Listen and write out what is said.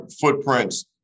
footprints